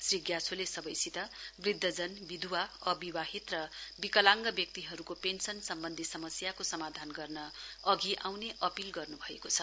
श्री ग्याछोले सबैसित वृध्दजन विध्वाअविवाहित र विकलागं व्यक्तिहरुको पेन्शन सम्बन्धी समस्याको समाधान गर्न अघि आउने अपील गर्नुभएको छ